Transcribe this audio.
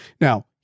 Now